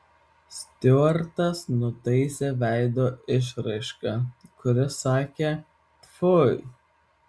stiuartas nutaisė veido išraišką kuri sakė tfui